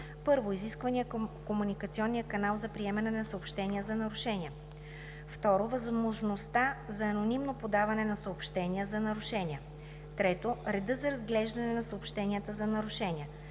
1. изискванията към комуникационния канал за приемане на съобщения за нарушения; 2. възможността за анонимно подаване на съобщения за нарушения; 3. реда за разглеждане на съобщенията за нарушения;